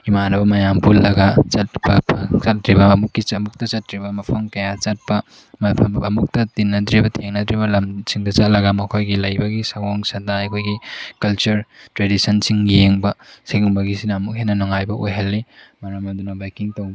ꯏꯃꯥꯟꯅꯕ ꯃꯌꯥꯝ ꯄꯨꯜꯂꯒ ꯆꯠꯄ ꯆꯠꯇ꯭ꯔꯤꯕ ꯑꯃꯨꯛꯇ ꯆꯠꯇ꯭ꯔꯤꯕ ꯃꯐꯝ ꯀꯌꯥ ꯆꯠꯄ ꯃꯐꯝ ꯑꯃꯨꯛꯇ ꯇꯤꯟꯅꯗ꯭ꯔꯤꯕ ꯊꯦꯡꯅꯗ꯭ꯔꯤꯕ ꯂꯝꯁꯤꯡꯗ ꯆꯠꯂꯒ ꯃꯈꯣꯏꯒꯤ ꯂꯩꯕꯒꯤ ꯁꯥꯑꯣꯡ ꯁꯥꯗ ꯑꯩꯈꯣꯏꯒꯤ ꯀꯜꯆꯔ ꯇ꯭ꯔꯦꯗꯤꯁꯟꯁꯤꯡ ꯌꯦꯡꯕ ꯁꯤꯒꯨꯝꯕꯒꯤꯁꯤꯅ ꯑꯃꯨꯛ ꯍꯦꯟꯅ ꯅꯨꯉꯥꯏꯕ ꯑꯣꯏꯍꯜꯂꯤ ꯃꯔꯝ ꯑꯗꯨꯅ ꯕꯥꯏꯛꯀꯤꯡ ꯇꯧꯕ